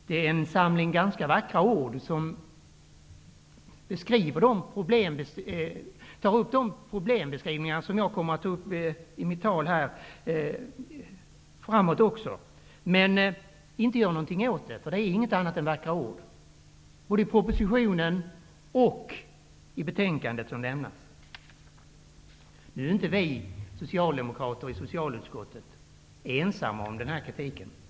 Det är en samling ganska vackra ord, som beskriver de problem som jag senare kommer att ta upp i mitt anförande, men som inte föreslår vad som skall göras åt problemen. Det är nämligen inget annat än vackra ord i både propositionen och betänkandet. Vi socialdemokrater i socialutskottet är emellertid inte ensamma om den här kritiken.